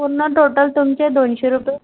पूर्ण टोटल तुमचे दोनशे रुपये